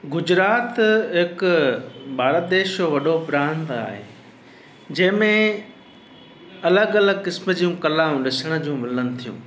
गुजरात हिक भारत देश जो वॾो प्रांत आहे जंहिंमें अलॻि अलॻि किस्मु जी कलाऊं ॾिसण जूं मिलनि थियूं